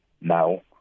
Now